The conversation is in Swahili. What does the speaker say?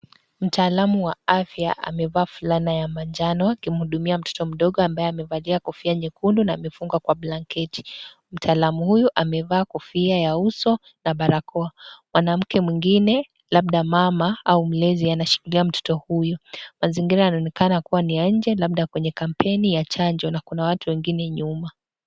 Mtaalamu wa afya amevaa fulana ya manjano akihudumia mtoto mdogo ambaye amevalia kofia nyekundu na amefungwa Kwa blanketi. Mtaalamu huyu amevaa kofia ya uso na barakoa . Mwanamke mwingine labda mama au mlezi anashikilia mtoto huyo . Mazingira yanaonekana kuwa ni ya nje la da kwenye kam na kuna watu wengine nyuma.